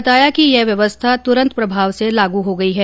उन्होंने बताया कि यह व्यवस्था तुरंत प्रभाव से लागू हो गई है